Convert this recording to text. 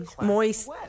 Moist